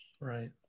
Right